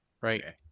Right